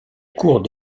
cours